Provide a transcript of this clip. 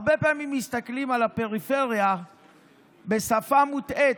הרבה פעמים מסתכלים על הפריפריה בשפה מוטעית.